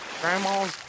grandma